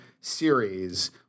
series